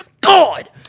God